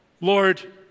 Lord